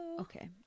Okay